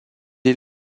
est